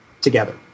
together